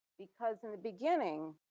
because in the beginning,